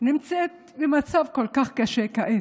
נמצאת במצב כל כך קשה כעת.